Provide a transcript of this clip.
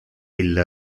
ille